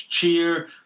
cheer